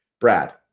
Brad